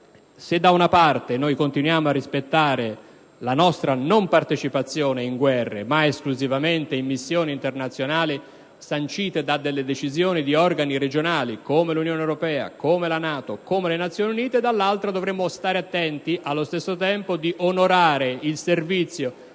Se da una parte noi continuiamo a rispettare la norma che ci impedisce di partecipare a guerre, ma esclusivamente a missioni internazionali sancite da decisioni assunte da organi regionali come l'Unione europea, la NATO e le Nazioni Unite, dall'altra dovremmo stare attenti, allo stesso tempo, ad onorare il servizio